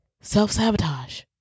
Self-sabotage